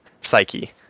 psyche